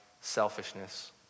selfishness